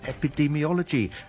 epidemiology